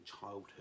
childhood